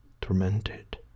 Tormented